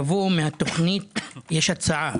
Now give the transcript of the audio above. יבוא מהתוכנית יש הצעה,